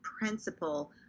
principle